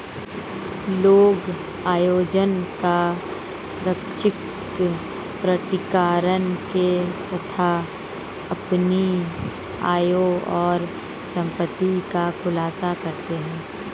लोग आय योजना का स्वैच्छिक प्रकटीकरण के तहत अपनी आय और संपत्ति का खुलासा करते है